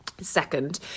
Second